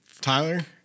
Tyler